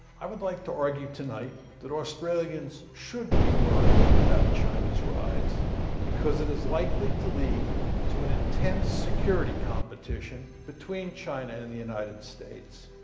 i would like to argue tonight that australians should be worried about china's rise because it is likely to lead to an intense security competition between china and the united states,